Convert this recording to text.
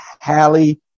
Hallie